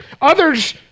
Others